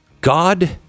God